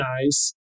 nice